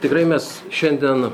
tikrai mes šiandien